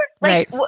Right